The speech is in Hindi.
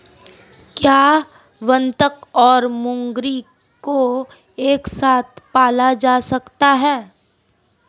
क्या बत्तख और मुर्गी को एक साथ पाला जा सकता है?